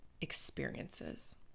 experiences